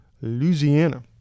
Louisiana